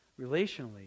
relationally